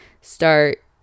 start